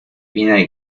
viene